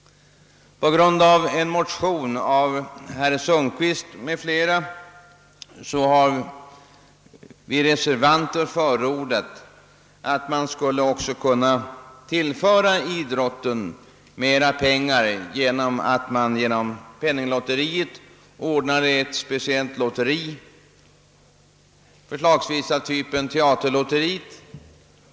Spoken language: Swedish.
På grundval av en motion av herr Sundkvist m.fl. har vi reservanter förordat att idrotten tillföres mera pengar på så sätt, att det genom penninglotteriet ordnas ett speciellt lotteri, förslagsvis av typen teaterlotteriet.